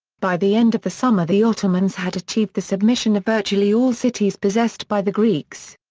by the end of the summer the ottomans had achieved the submission of virtually all cities possessed by the greeks.